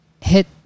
hit